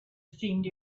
seemed